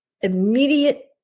immediate